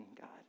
God